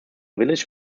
village